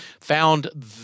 found